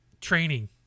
training